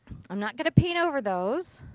i'm not going to paint over those.